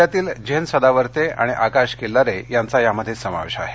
राज्यातील झेन सदावतें आणि आकाश खिल्लारे यांचा यामध्ये समावेश आहे